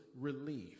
relief